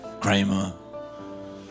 Kramer